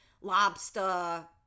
lobster